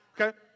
Okay